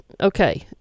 Okay